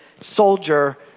soldier